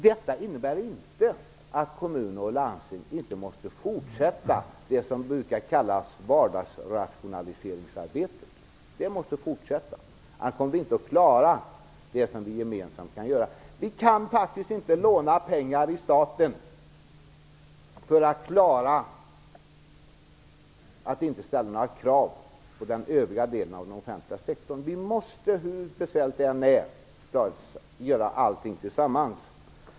Detta innebär inte att kommuner och landsting inte måste fortsätta det som brukar kallas vardagsrationaliseringsarbetet. Det måste fortsätta, annars kommer vi inte att klara det som skall göras gemensamt. Vi kan inte låna pengar till staten för att klara att inte ställa några krav på den övriga delen av den offentliga sektorn. Vi måste, hur besvärligt det än är, göra allting tillsammans.